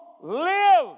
live